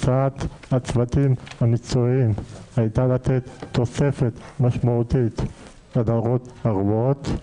הצעת הצוותים המקצועיים הייתה לתת תוספת משמעותית בדרגות הגבוהות,